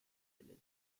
village